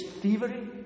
thievery